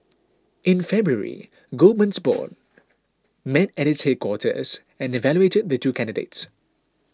in February Goldman's board met at its headquarters and evaluated the two candidates